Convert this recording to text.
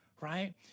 right